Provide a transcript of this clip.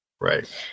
Right